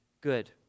Good